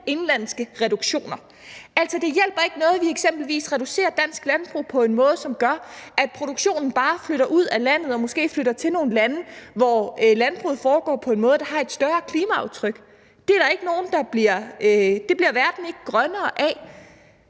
indenlandske reduktioner. Altså, det hjælper ikke noget, at vi eksempelvis reducerer Dansk Landbrug på en måde, som gør, at produktionen bare flytter ud af landet og måske flytter til nogle lande, hvor landbruget foregår på en måde, der har et større klimaaftryk. Det bliver verden ikke grønnere af,